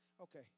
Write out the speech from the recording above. okay